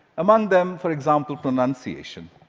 among them, for example, pronunciation.